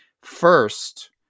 First